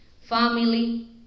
family